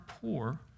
poor